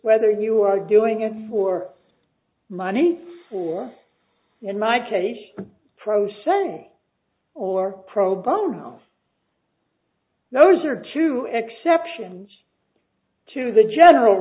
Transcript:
whether you are doing it for money for in my case pro sending or pro bono those are two exceptions to the general